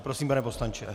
Prosím, pane poslanče.